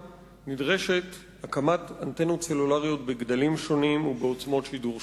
נדרשת הקמת אנטנות סלולריות בגדלים שונים ובעצמות שידור שונות.